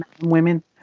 women